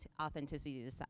authenticity